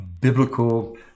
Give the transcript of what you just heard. biblical